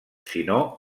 sinó